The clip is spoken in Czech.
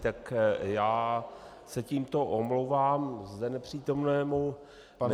Tak já se tímto omlouvám zde nepřítomnému panu...